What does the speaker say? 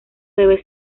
debe